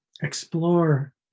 explore